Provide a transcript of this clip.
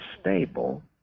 stable